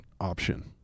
option